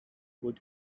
would